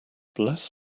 bless